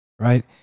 right